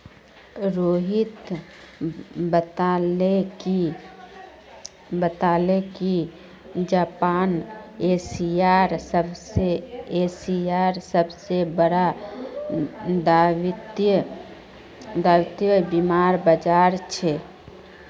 रोहित बताले कि जापान एशियार सबसे बड़ा दायित्व बीमार बाजार छे